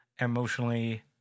emotionally